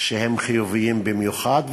שהם חיוביים במיוחד,